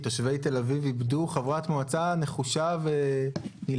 תושבי תל אביב איבדו חברת מועצה נחושה ונלהבת,